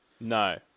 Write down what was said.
no